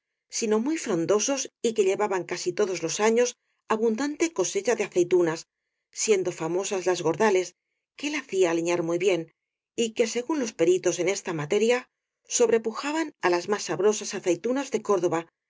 sino muy frondosos y que llevaban casi todos los años abundante co secha de aceitunas siendo famosas las gordales que él hacía aliñar muy bien y que según los pe ritos en esta materia sobrepujaban á las más sa brosas aceitunas de córdoba